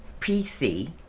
PC